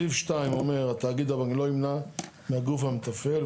סעיף 2 אומר "התאגיד לא ימנע מהגוף המתפעל,